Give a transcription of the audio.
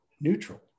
neutral